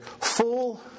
full